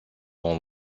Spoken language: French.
dans